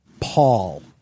Paul